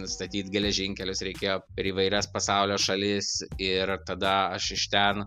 statyt geležinkelius reikėjo per įvairias pasaulio šalis ir tada aš iš ten